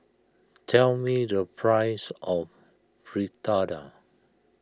tell me the price of Fritada